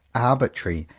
arbitrary,